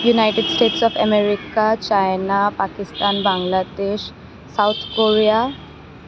United states of America China Pakistan Bangladesh south Korea